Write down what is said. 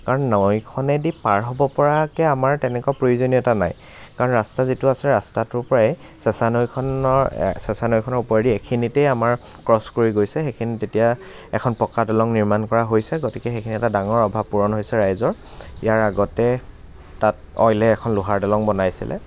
কাৰণ নৈখনেদি পাৰ হ'ব পৰাকৈ আমাৰ তেনেকুৱা প্ৰয়োজনীয়তা নাই কাৰণ ৰাস্তা যিটো আছে ৰাস্তাটোৰ পৰাই চেঁচা নৈখনৰ চেঁচা নৈখনৰ ওপৰেদি এইখিনিতেই আমাৰ ক্ৰছ কৰি গৈছে সেইখিনিত এতিয়া এখন পকা দলং নিৰ্মাণ কৰা হৈছে গতিকে সেইখিনি এটা ডাঙৰ অভাৱ পূৰণ হৈছে ৰাইজৰ ইয়াৰ আগতে তাত অইলে এখন লোহাৰ দলং বনাইছিলে